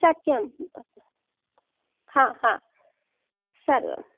सत्यम् हा हा सर्वम्